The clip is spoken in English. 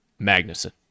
Magnuson